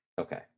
Okay